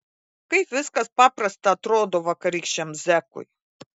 kaip viskas paprasta atrodo vakarykščiam zekui